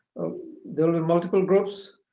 there will be multiple groups,